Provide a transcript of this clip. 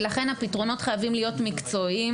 לכן הפתרונות חייבים להיות מקצועיים,